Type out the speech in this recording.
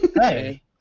Hey